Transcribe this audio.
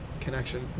connection